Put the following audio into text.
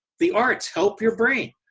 the arts help your brain.